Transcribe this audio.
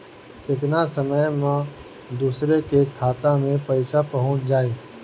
केतना समय मं दूसरे के खाता मे पईसा पहुंच जाई?